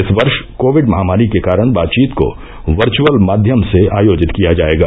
इस वर्ष कोविड महामारी के कारण बातचीत को वर्च्अल माध्यम से आयोजित किया जाएगा